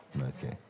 Okay